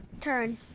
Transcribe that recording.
Turn